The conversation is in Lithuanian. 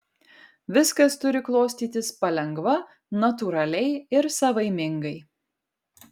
viskas turi klostytis palengva natūraliai ir savaimingai